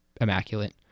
immaculate